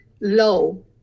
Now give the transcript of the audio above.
low